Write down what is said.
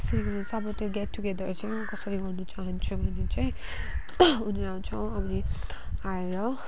कसरी भन्दा चाहिँ अब गेटटुगेदर चाहिँ कसरी गर्न चाहन्छु भने चाहिँ उनीहरू आउँछ अनि आएर